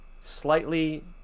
slightly